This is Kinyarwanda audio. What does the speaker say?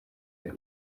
leta